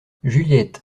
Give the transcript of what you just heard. juliette